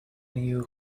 new